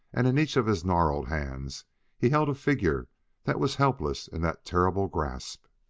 and in each of his gnarled hands he held a figure that was helpless in that terrible grasp.